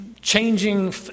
changing